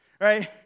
right